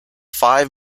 five